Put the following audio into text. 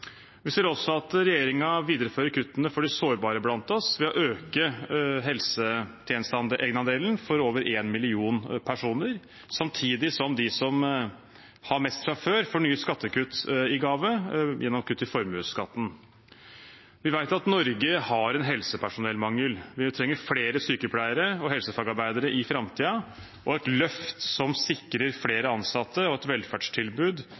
Vi ser også at regjeringen viderefører kuttene for de sårbare blant oss ved å øke helsetjenesteegenandelen for over én million personer, samtidig som de som har mest fra før, får nye skattekutt i gave gjennom kutt i formuesskatten. Vi vet at Norge har helsepersonellmangel. Vi trenger flere sykepleiere og helsefagarbeidere i framtiden og et løft som sikrer flere ansatte og et velferdstilbud